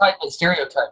stereotype